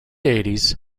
eighties